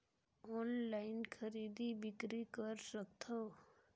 Online खरीदी बिक्री कर सकथव?